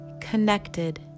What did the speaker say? connected